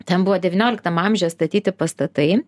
ten buvo devynioliktam amžiuje statyti pastatai